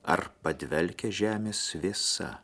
ar padvelkia žemės vėsa